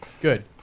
Good